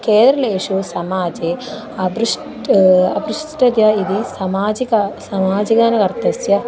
केरलेषु समाजे अबृष्ट् अपृष्टतया इति समाजिक समाजिकानवरतस्य